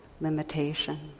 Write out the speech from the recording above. limitation